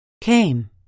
came